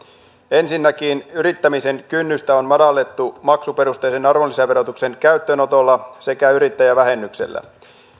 ensinnäkin yrittämisen kynnystä on madallettu maksuperusteisen arvonlisäverotuksen käyttöönotolla sekä yrittäjävähennyksellä